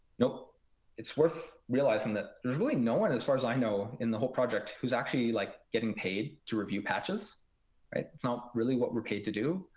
it's worth realizing that there's really no one, as far as i know, in the whole project who's actually like getting paid to review patches. that's not really what we're paid to do.